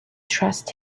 trust